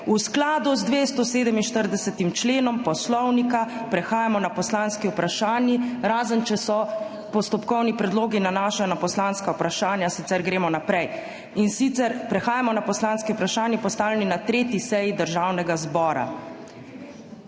V skladu z 247. členom Poslovnika prehajamo na poslanski vprašanji, razen če se postopkovni predlogi nanašajo na poslanska vprašanja, sicer gremo naprej. In sicer prehajamo na poslanski vprašanji, postavljeni na 3. seji Državnega zbora.